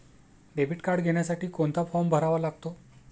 Debit card घेण्यासाठी कोणता form भरावा लागतो?